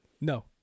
No